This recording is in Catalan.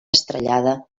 estrellada